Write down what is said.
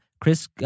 Chris